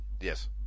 Yes